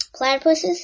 platypuses